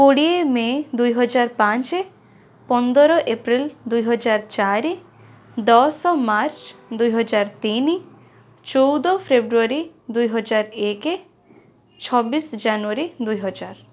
କୋଡ଼ିଏ ମେ ଦୁଇହଜାର ପାଞ୍ଚେ ପନ୍ଦର ଏପ୍ରିଲ ଦୁଇହଜାର ଚାରି ଦସ ମାର୍ଚ୍ଚ ଦୁଇହଜାର ତିନି ଚଉଦ ଫେବୃଆରୀ ଦୁଇହାଜର ଏକ ଛବିସି ଜାନୁଆରୀ ଦୁଇହଜାର